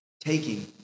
Taking